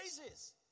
praises